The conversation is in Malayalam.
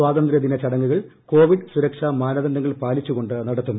സ്വാതന്ത്രൃദിന ചടങ്ങുകൾ കോവിഡ് സുരക്ഷാ മാനദണ്ഡങ്ങൾ പാലിച്ചുകൊണ്ട് നടത്തും